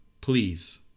please